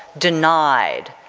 denied,